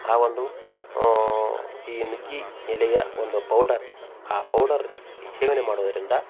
ಆ ಒಂದು ಈ ನುಗ್ಗೆ ಎಲೆಯ ಒಂದು ಪೌಡರ್ ಆ ಪೌಡರ್ ಸೇವನೆ ಮಾಡುವುದರಿಂದ